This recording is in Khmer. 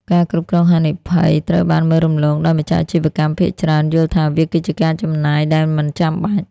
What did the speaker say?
ការគ្រប់គ្រងហានិភ័យត្រូវបានមើលរំលង ដោយម្ចាស់អាជីវកម្មភាគច្រើនយល់ថាវាគឺជាការចំណាយដែលមិនចាំបាច់។